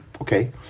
okay